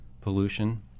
pollution